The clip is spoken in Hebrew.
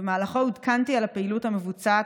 ובמהלכו עודכנתי על הפעילות המבוצעת